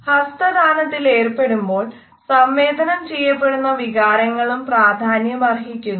ഹസ്തദാനത്തിൽ ഏർപ്പെടുമ്പോൾ സംവേദനം ചെയ്യപ്പെടുന്ന വികാരങ്ങളും പ്രാധാന്യമർഹിക്കുന്നു